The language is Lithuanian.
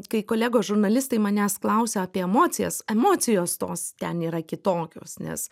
kai kolegos žurnalistai manęs klausia apie emocijas emocijos tos ten yra kitokios nes